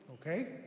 okay